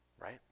Right